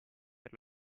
per